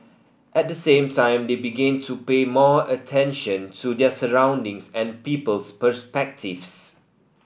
at the same time they begin to pay more attention to their surroundings and people's perspectives